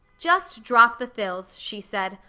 just drop the thills, she said.